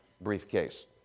briefcase